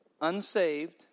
unsaved